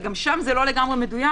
וגם שם זה לא לגמרי מדויק,